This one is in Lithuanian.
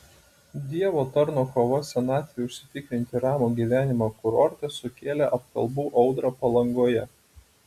dievo tarno kova senatvei užsitikrinti ramų gyvenimą kurorte sukėlė apkalbų audrą palangoje